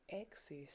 access